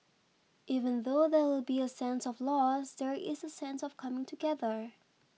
even though there will be a sense of loss there is a sense of coming together